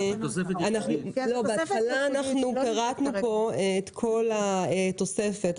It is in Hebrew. בהתחלה פירטנו פה את כל התוספת.